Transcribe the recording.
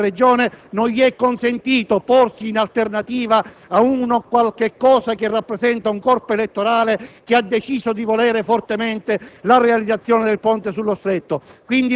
Grazie